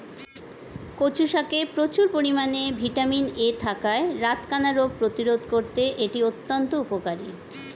কচু শাকে প্রচুর পরিমাণে ভিটামিন এ থাকায় রাতকানা রোগ প্রতিরোধে করতে এটি অত্যন্ত উপকারী